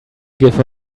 give